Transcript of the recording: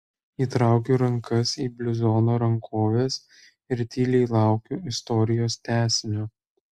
įtraukiu rankas į bluzono rankoves ir tyliai laukiu istorijos tęsinio